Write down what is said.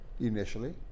initially